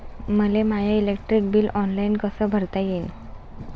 मले माय electric bill online कस भरता येईन?